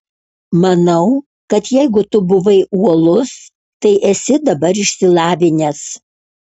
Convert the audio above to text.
manau kad jeigu tu buvai uolus tai esi dabar išsilavinęs